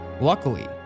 Luckily